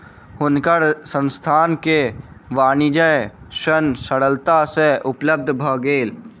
हुनकर संस्थान के वाणिज्य ऋण सरलता सँ उपलब्ध भ गेल